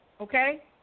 Okay